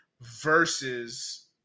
versus